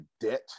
debt